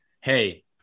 hey